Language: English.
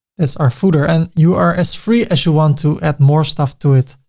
that's our footer. and you are as free as you want to add more stuff to it.